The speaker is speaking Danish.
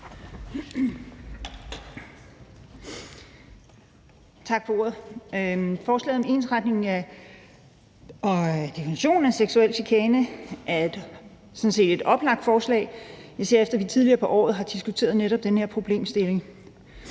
Tak for ordet. Forslaget om ensretning af definitionen af seksuel chikane er sådan set et oplagt forslag, især efter at vi tidligere på året har diskuteret netop den her problemstilling,